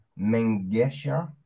Mengesha